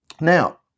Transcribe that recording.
Now